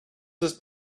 ist